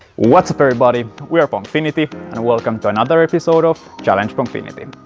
what's up everybody! we are pongfinity and welcome to another episode of challenge pongfinity!